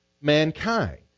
mankind